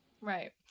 Right